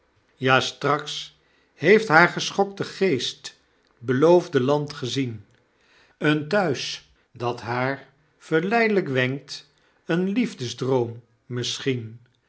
ja straks heeft haar geschokte geest t beloofde land gezien een thuis dat haar verleidlp wenkt een liefdedroom misschien